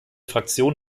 fraktion